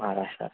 Maharashtra